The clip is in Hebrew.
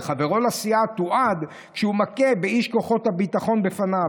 וחברו לסיעה תועד כשהוא מכה באיש כוחות הביטחון בפניו,